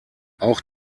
auch